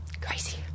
crazy